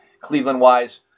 Cleveland-wise